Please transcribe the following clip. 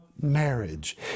marriage